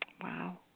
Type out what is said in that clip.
Wow